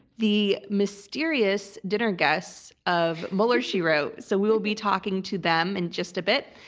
the mysterious dinner guests of mueller, she wrote. so we'll be talking to them in just a bit.